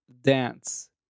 dance